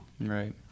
Right